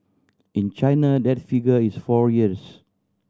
in China that figure is four years